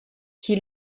qui